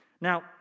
Now